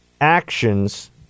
actions